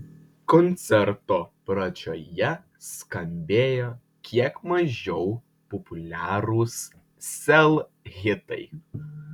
koncerto pradžioje skambėjo kiek mažiau populiarūs sel hitai